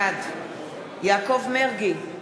בעד יעקב מרגי,